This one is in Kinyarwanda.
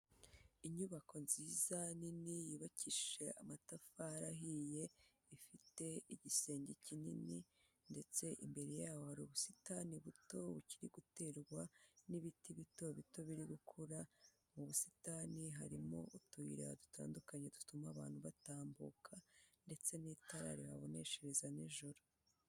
Inyubako nziza nini yubakishije amatafari ahiye, ifite igisenge kinini ndetse imbere yaho hari ubusitani buto bukiri guterwa n'ibiti bito bikiri gukura, mu busitani harimo utuyira dutandukanye dutuma abantu batambuka ndetse n'itara ribaboneshereza nijoro.